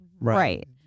right